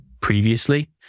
previously